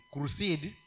Crusade